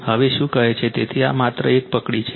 હવે શું કહે છે તેથી આ એક માત્ર પકડી છે